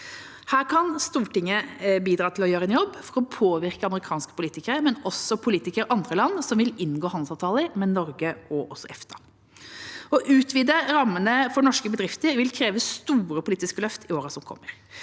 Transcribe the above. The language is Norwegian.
Stortinget bidra til å gjøre en jobb for å påvirke amerikanske politikere, men også politikere i andre land som vil inngå handelsavtaler med Norge og EFTA. Å utvide rammene for norske bedrifter vil kreve store politiske løft i årene som kommer,